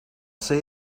say